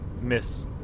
miss